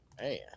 man